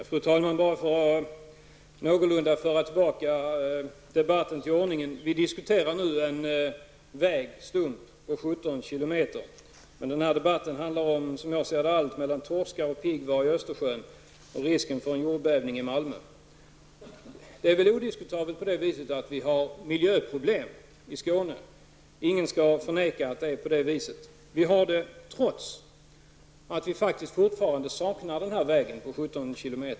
Fru talman! För att någorlunda föra tillbaka debatten till ordningen vill jag påminna om att vi nu diskuterar en vägstump på 17 kilometer. Men denna debatt har kommit att handla om, som jag ser det, allt mellan torskar och piggvar i Östersjön till risken för en jordbävning i Malmö. Det är odiskutabelt att vi har miljöproblem i Skåne. Ingen skall förneka att det är på det viset. Vi har dessa problem trots att vi faktiskt fortfarande saknar denna väg på 17 kilometer.